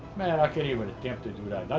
man, i can't even attempt to do that,